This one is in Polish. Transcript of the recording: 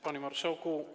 Panie Marszałku!